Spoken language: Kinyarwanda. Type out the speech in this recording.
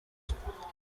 twe